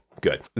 good